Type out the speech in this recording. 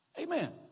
Amen